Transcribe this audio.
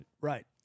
right